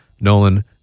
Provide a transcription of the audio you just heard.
Nolan